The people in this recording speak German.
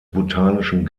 botanischen